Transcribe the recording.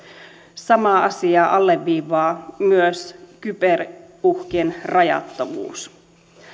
samaa asiaa alleviivaa myös kyberuhkien rajattomuus